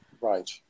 right